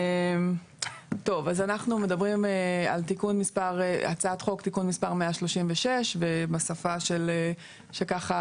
אז אנחנו מדברים על הצעת חוק (תיקון מס' 136). ובשפה שככה